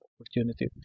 opportunity